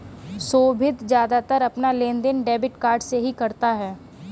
सोभित ज्यादातर अपना लेनदेन डेबिट कार्ड से ही करता है